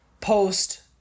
post